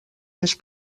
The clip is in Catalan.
més